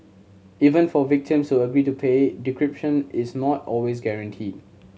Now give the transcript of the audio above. even for victims who agree to pay decryption is not always guaranteed